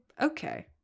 Okay